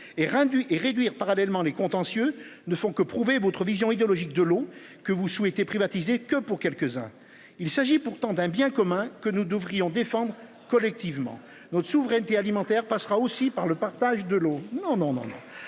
et réduire parallèlement les contentieux ne font que prouver votre vision idéologique de l'eau que vous souhaitez privatisé que pour quelques-uns, il s'agit pourtant d'un bien commun que nous devrions défendre collectivement notre souveraineté alimentaire passera aussi par le partage de l'eau. Non non non non.